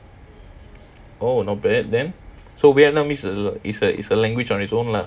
oh not bad then so vietnamese is a it's a language on its own lah